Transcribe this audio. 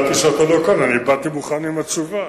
המינויים בצה"ל מתעכב וכתוצאה מכך אין מתמנים בעלי תפקידים